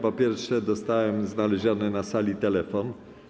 Po pierwsze, dostałem znaleziony na sali telefon.